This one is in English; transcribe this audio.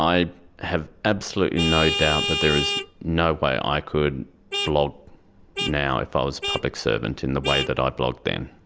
i have absolutely no doubt that there is no way i could blog now if i was a public servant in the way that i blogged then.